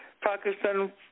Pakistan